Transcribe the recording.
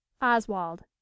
Oswald